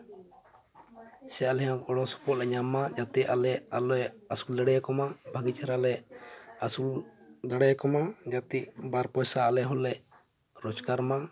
ᱥᱮ ᱟᱞᱮ ᱦᱚᱸ ᱜᱚᱲ ᱥᱚᱯᱚᱦᱚᱫ ᱞᱮ ᱧᱟᱢ ᱢᱟ ᱡᱟᱛᱮ ᱟᱞᱮ ᱟᱞᱮ ᱞᱮ ᱟᱥᱩᱞ ᱫᱟᱲᱭᱟᱠᱚ ᱢᱟ ᱵᱷᱟᱜᱮ ᱪᱮᱦᱨᱟ ᱞᱮ ᱟᱥᱩᱞ ᱫᱟᱲᱮᱭᱟᱠᱚ ᱢᱟ ᱡᱟᱛᱮ ᱵᱟᱨ ᱯᱚᱭᱥᱟ ᱟᱞᱮ ᱦᱚᱸᱞᱮ ᱨᱳᱡᱽᱜᱟᱨ ᱢᱟ